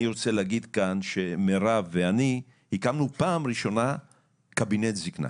אני רוצה להגיד כאן שמירב ואני הקמנו פעם ראשונה קבינט זקנה,